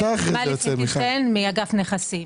אני מאגף נכסים.